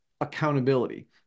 accountability